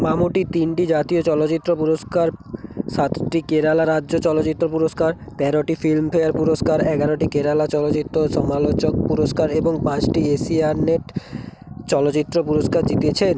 মামুটি তিনটি জাতীয় চলচ্চিত্র পুরস্কার সাতটি কেরালা রাজ্য চলচ্চিত্র পুরস্কার তেরোটি ফিল্ম ফেয়ার পুরস্কার এগারোটি কেরালা চলচ্চিত্র সমালোচক পুরস্কার এবং পাঁচটি এশিয়ানেট চলচ্চিত্র পুরস্কার জিতেছেন